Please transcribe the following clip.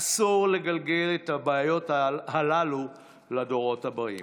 אסור לגלגל את הבעיות הללו לדורות הבאים.